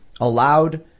allowed